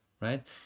right